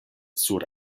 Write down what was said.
sur